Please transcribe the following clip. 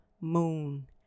moon